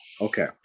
okay